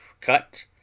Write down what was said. cut